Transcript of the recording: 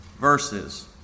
verses